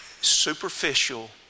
superficial